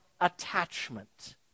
attachment